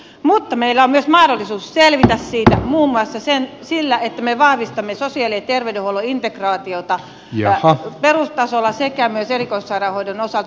mutta meillä on myös mahdollisuus selvitä tästä muun muassa sillä että me vahvistamme sosiaali ja terveydenhuollon integraatiota perustasolla sekä myös erikoissairaanhoidon osalta